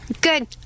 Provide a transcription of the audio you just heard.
Good